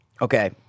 Okay